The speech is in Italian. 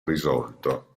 risolto